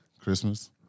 Christmas